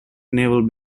naval